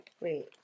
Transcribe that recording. Wait